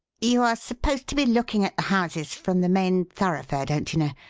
you are supposed to be looking at houses from the main thoroughfare, don't you know,